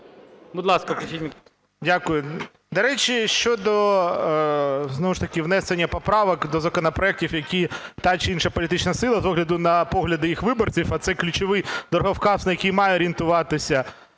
Дякую. До речі, щодо знову ж таки внесення поправок до законопроектів, які та чи інша політична сила з огляду на погляди їх виборців, а це ключовий дороговказ, на який має орієнтуватися